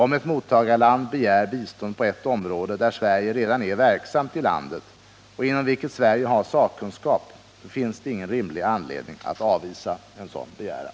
Om ett mottagarland begär bistånd på ett område där Sverige redan är verksamt i landet och inom vilket Sverige har sakkunskap, finns det ingen rimlig anledning att avvisa en sådan begäran.